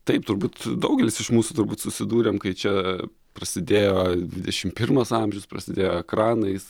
taip turbūt daugelis iš mūsų turbūt susidūrėm kai čia prasidėjo dvidešimt pirmas amžius prasidėjo ekranais